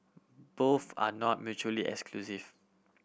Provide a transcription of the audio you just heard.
both are not mutually exclusive